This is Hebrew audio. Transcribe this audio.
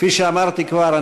כפי שאמרתי כבר,